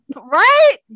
Right